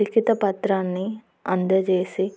లిఖత పత్రాన్ని అందజేసి